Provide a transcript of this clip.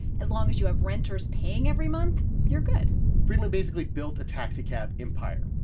as long as you have renters paying every month, you're good freidman basically built a taxicab empire.